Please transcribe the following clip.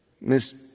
Miss